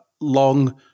long